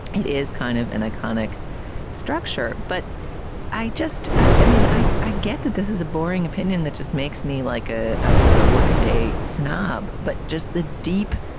it is kind of an iconic structure but i just i i mean i i get that this is a boring opinion that just makes me like ah ah a workaday snob. but just the deep